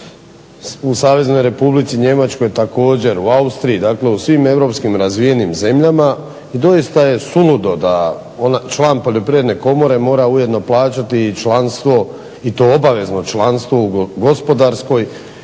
U Saveznoj Republici Njemačkoj također, u Austriji. Dakle u svim europskim razvijenim zemljama i doista je suludo da član Poljoprivredne komore mora ujedno plaćati i članstvo i to obavezno članstvo u Gospodarskoj